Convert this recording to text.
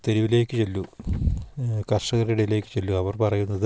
തെരുവിലേക്ക് ചെല്ലൂക കർഷകരുടെ ഇടയിലേക്ക് ചെല്ലുക അവർ പറയുന്നത്